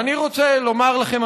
ואני רוצה לומר לכם,